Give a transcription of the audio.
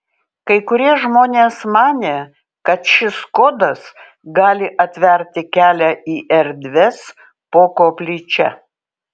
kai kurie žmonės manė kad šis kodas gali atverti kelią į erdves po koplyčia